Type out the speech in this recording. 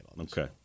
Okay